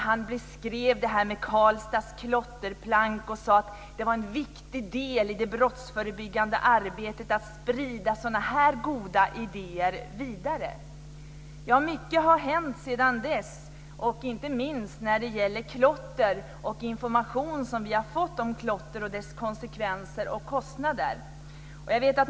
Han beskrev Karlstads klotterplan och sade att det var en viktig del i det brottsförebyggande arbetet att sprida sådana goda idéer vidare. Mycket har hänt sedan dess, inte minst när det gäller klotter. Vi har fått information om klotter, dess konsekvenser och kostnader.